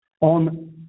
on